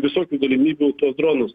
visokių galimybių tuos dronus